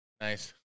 nice